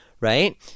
right